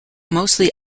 mostly